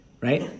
right